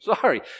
sorry